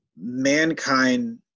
mankind